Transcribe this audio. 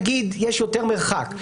נגיד יש יותר מרחק,